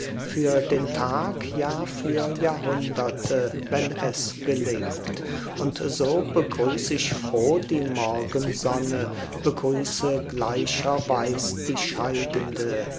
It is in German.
für den tag ja für jahrhunderte wenn es gelingt und so begrüß ich froh die morgensonne begrüße gleicherweis die scheidende